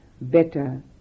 better